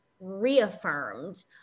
reaffirmed